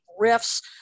riffs